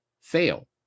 fail